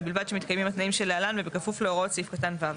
ובלבד שמתקיימים התנאים שלהלן ובכפוף להוראות סעיף קטן (ו):